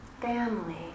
family